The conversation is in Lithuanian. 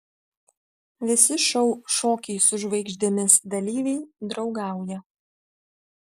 visi šou šokiai su žvaigždėmis dalyviai draugauja